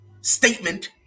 statement